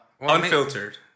Unfiltered